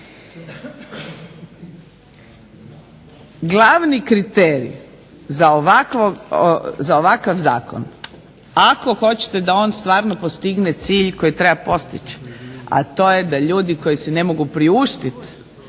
Glavni kriterij za ovakav zakon, ako hoćete da on stvarno postigne cilj koji treba postići, a to je da ljudi koji si ne mogu priuštiti